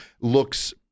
looks